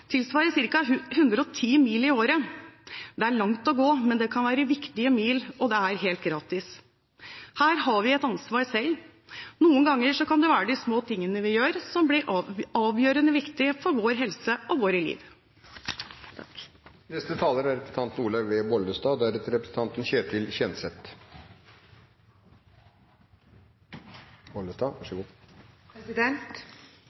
tilsvarer ca. 110 mil i året. Det er langt å gå, men det kan være viktige mil, og det er helt gratis. Her har vi et ansvar selv. Noen ganger kan det være de små tingene vi gjør, som blir avgjørende viktig for vår helse og vårt liv. Jeg har lyst til å takke Kjersti Toppe for en god interpellasjon. En NCD-strategi er